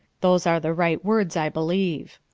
those are the right words, i believe.